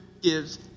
gives